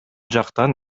жактан